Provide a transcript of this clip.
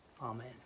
Amen